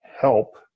help